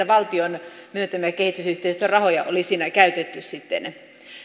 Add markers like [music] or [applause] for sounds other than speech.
[unintelligible] valtion myöntämiä kehitysyhteistyörahoja siinä käytetty sitten